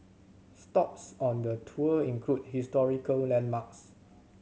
stops on the tour include historical landmarks